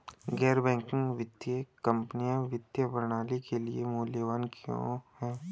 गैर बैंकिंग वित्तीय कंपनियाँ वित्तीय प्रणाली के लिए मूल्यवान क्यों हैं?